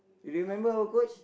remember our coach